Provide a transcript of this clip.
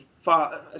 far